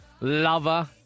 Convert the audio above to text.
lover